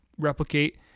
replicate